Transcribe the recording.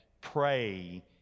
pray